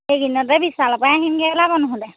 এইকেইদিনতে বিশালৰপৰাই আহিমগৈ ওলাবা নহ'লে